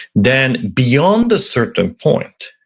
then beyond a certain point,